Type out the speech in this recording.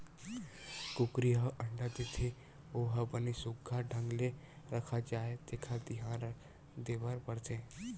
कुकरी ह अंडा देथे ओ ह बने सुग्घर ढंग ले रखा जाए तेखर धियान देबर परथे